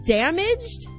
damaged